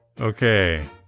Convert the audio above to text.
Okay